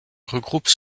regroupent